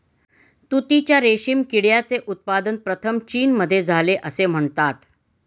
तुतीच्या रेशीम किड्याचे उत्पादन प्रथम चीनमध्ये झाले असे म्हणतात